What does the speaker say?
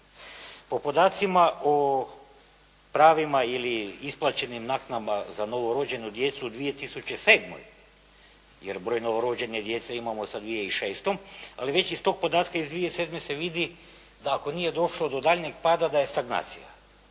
Po podacima o pravima ili isplaćenim naknadama za novorođenu djecu u 2007. jer broj novorođene djece imamo sa 2006., ali već iz tog podatka iz 2007. se vidi da ako nije došlo do daljnjeg pada da je stagnacija